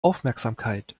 aufmerksamkeit